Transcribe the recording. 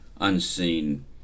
unseen